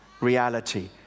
reality